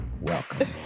Welcome